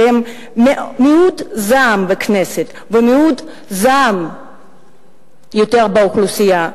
שהם מיעוט זעם בכנסת ומיעוט זעם יותר באוכלוסייה,